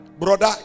Brother